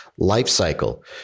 lifecycle